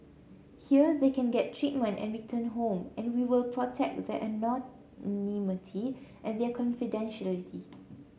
here they can get treatment and return home and we will protect their anonymity and their confidentiality